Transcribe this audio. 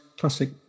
classic